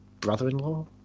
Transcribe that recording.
brother-in-law